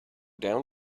down